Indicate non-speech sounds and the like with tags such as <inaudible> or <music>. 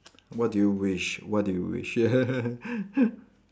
<noise> what do you wish what do you wish <laughs>